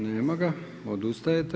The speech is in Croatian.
Nema ga, odustajete.